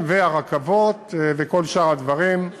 והרכבות וכל שאר הדברים.